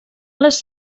les